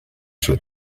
sue